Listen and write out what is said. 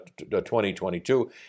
2022